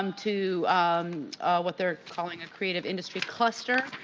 um to what they are calling a creative industry cluster,